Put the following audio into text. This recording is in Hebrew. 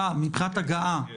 יש במדינת ישראל,